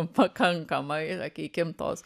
pakankama ir sakykim tos